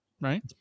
Right